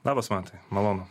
labas mantai malonu